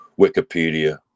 wikipedia